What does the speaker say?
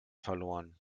verloren